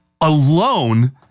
alone